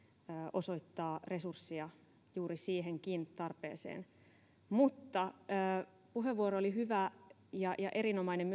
osoittaa resurssia juuri siihenkin tarpeeseen mutta puheenvuoro oli hyvä ja ja erinomainen